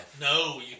No